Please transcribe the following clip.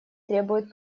требуют